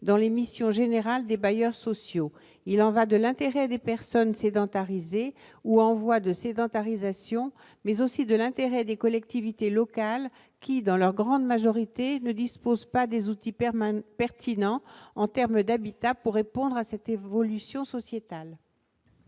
dans les missions générales des bailleurs sociaux. Il y va de l'intérêt non seulement des personnes sédentarisées ou en voie de sédentarisation, mais aussi des collectivités locales, qui, dans leur grande majorité, ne disposent pas des outils pertinents en termes d'habitat pour répondre à cette évolution sociétale.